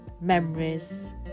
memories